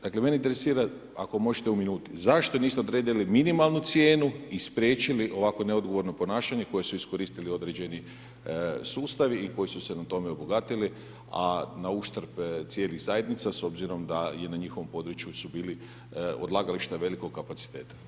Dakle, mene interesira ako možete u minuti, zašto niste odredili minimalnu cijenu i spriječili ovakvo neodgovorno ponašanje koje su iskoristili određeni sustavi i koji su se na tome obogatili a nauštrb cijelih zajednica s obzirom da na njihovom području su bila odlagališta velikog kapaciteta?